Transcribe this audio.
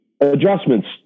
adjustments